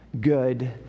good